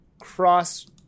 cross